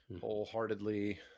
wholeheartedly